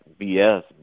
BS